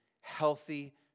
healthy